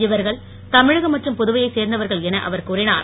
இவர்கள் தமிழகம் மற்றும் புதுவையைச் சேர்ந்தவர்கள் என அவர் கூறினார்